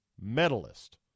medalist